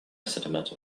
sentimental